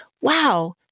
wow